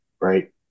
right